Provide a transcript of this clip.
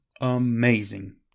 amazing